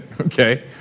Okay